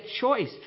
choice